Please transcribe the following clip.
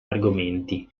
argomenti